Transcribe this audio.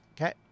Okay